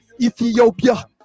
Ethiopia